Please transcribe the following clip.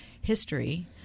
history